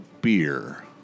beer